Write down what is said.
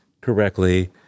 correctly